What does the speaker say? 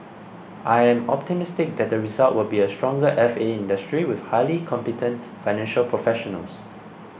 I am optimistic that the result will be a stronger F A industry with highly competent financial professionals